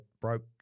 broke